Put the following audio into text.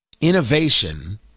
Innovation